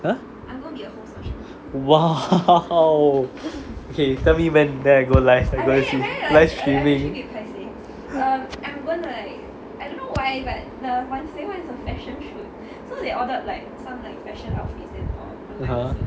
!huh! !wow! okay tell me when then I go live I go live streaming